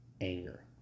anger